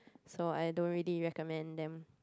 so I don't really recommend them